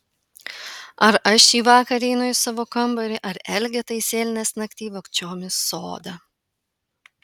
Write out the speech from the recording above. ar aš šįvakar įeinu į savo kambarį ar elgeta įsėlinęs naktyj vogčiom į sodą